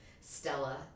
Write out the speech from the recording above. Stella